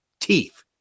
teeth